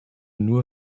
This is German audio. nur